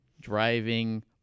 driving